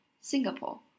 Singapore